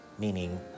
meaning